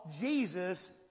Jesus